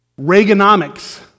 Reaganomics